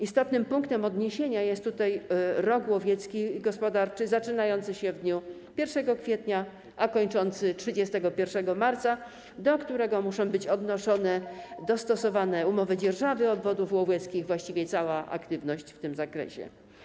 Istotnym punktem odniesienia jest tutaj rok łowiecki i gospodarczy zaczynający się w dniu 1 kwietnia, a kończący 31 marca, do którego muszą być odnoszone, dostosowane umowy dzierżawy obwodów łowieckich, właściwie cała aktywność w tym zakresie.